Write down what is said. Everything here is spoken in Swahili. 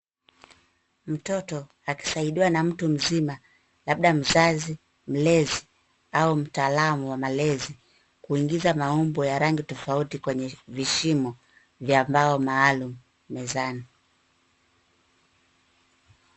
Mtoto akisaidiwa na mtu mzima labda mzazi, mlezi au mtaalamu wa malezi kuingiza maumbo ya rangi tofauti kwenye vishimo vya mbao maalum mezani.